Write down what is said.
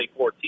2014